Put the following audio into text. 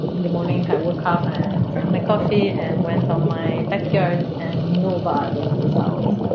the morning i woke up and drank my coffee and went on my backyard and nobody was out.